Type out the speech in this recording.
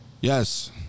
Yes